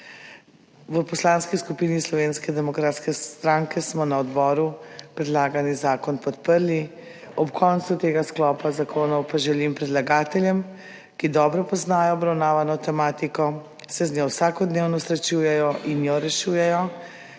V Poslanski skupini Slovenske demokratske stranke smo na odboru predlagani zakon podprli. Ob koncu tega sklopa zakonov pa želim predlagateljem, ki dobro poznajo obravnavano tematiko, se z njo vsakodnevno srečujejo in jo rešujejo,